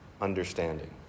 understanding